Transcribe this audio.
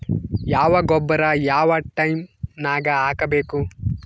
ಯಾವ ಗೊಬ್ಬರ ಯಾವ ಟೈಮ್ ನಾಗ ಹಾಕಬೇಕು?